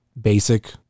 basic